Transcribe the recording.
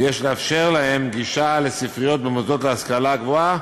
ויש לאפשר להם גישה לספריות במוסדות להשכלה גבוהה